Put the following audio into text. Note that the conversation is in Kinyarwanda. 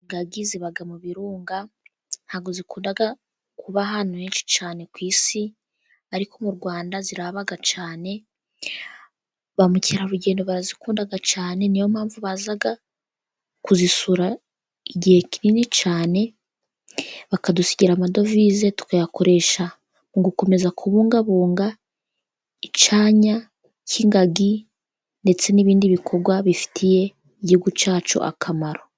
Igagi ziba mu birunga ntabwo zikunda kuba ahantu henshi cyane ku isi, ariko mu rwanda ziraba cyane bamukerarugendo barazikunda cyane, niyo mpamvu baza kuzisura igihe kinini cyane bakadusigira amadovize, tukayakoresha mu gukomeza kubungabunga icyanya cy'ingagi, ndetse n'ibindi bikorwa bifitiye igihugu cyacu akamaro.